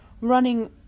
running